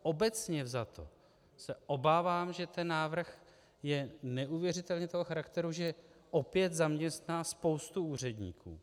Obecně vzato se obávám, že ten návrh je neuvěřitelně toho charakteru, že opět zaměstná spoustu úředníků.